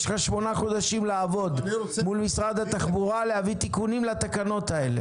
יש לך שמונה חודשים לעבוד מול משרד התחבורה להביא תיקונים לתקנות האלה.